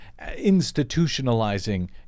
institutionalizing